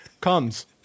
Comes